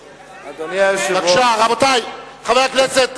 אדוני היושב-ראש, חברי חברי הכנסת,